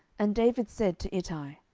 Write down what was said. and david said to ittai,